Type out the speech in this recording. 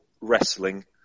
wrestling